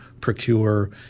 procure